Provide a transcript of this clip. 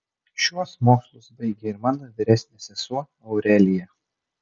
šiuos mokslus baigė ir mano vyresnė sesuo aurelija